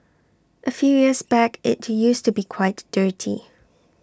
A few years back IT used to be quite dirty